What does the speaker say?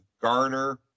garner